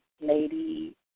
Lady